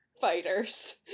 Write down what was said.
fighters